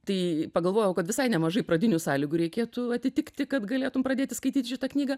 tai pagalvojau kad visai nemažai pradinių sąlygų reikėtų atitikti kad galėtum pradėti skaityt šitą knygą